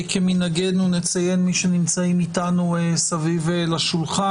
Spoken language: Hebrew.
נציין את הנוכחים אתנו בשולחן.